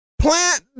plant